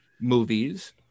movies